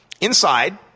Inside